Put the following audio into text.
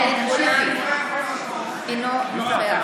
(קוראת בשמות חברי הכנסת) יאיר גולן, אינו נוכח